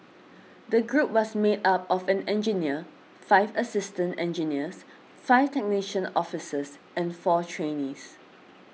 the group was made up of an engineer five assistant engineers five technician officers and four trainees